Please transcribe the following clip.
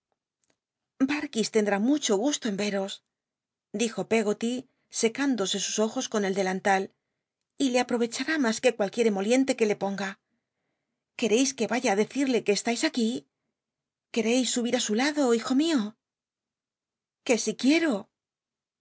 tcndtü muchísimo gusto en veros dijo peggoly secündosc sus ojos co n el delantal y le aprovechatü mas que cualquier emoliente que le ponga quetcis que vaya i dccil'lc que cstais aquí quereis oobir í su lado hijo mio que si quiero